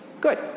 Good